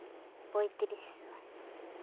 ᱯᱚᱸᱭᱛᱨᱤᱥ ᱥᱚ